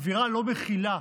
אווירה לא מכילה,